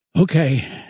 Okay